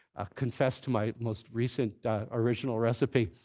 i'll confess to my most recent original recipe.